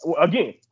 again